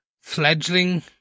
fledgling